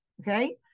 okay